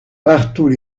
partout